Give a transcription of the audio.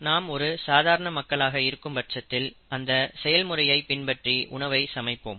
நாம் ஒரு சாதாரண மக்களாக இருக்கும் பட்சத்தில் அந்த செயல் முறையை பின்பற்றி உணவை சமைப்போம்